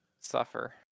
Suffer